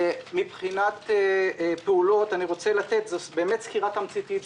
מבחינת פעולות אני רוצה לתת סקירה תמציתית.